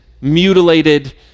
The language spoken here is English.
mutilated